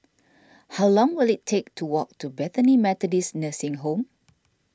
how long will it take to walk to Bethany Methodist Nursing Home